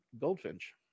goldfinch